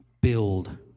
build